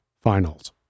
Finals